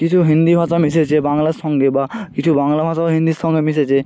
কিছু হিন্দি ভাষা মিশেছে বাংলার সঙ্গে বা কিছু বাংলা ভাষাও হিন্দির সঙ্গে মিশেছে